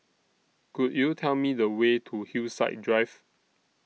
Could YOU Tell Me The Way to Hillside Drive